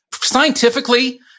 Scientifically